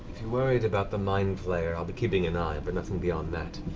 you're worried about the mind flayer, i'll be keeping an eye, but nothing beyond that.